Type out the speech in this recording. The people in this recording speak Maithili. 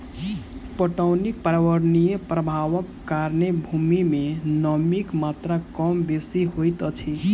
पटौनीक पर्यावरणीय प्रभावक कारणेँ भूमि मे नमीक मात्रा कम बेसी होइत अछि